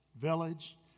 village